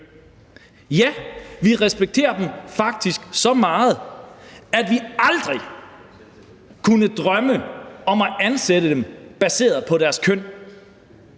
Ja, vi respekterer dem faktisk så meget, at vi aldrig kunne drømme om at ansætte dem baseret på deres køn.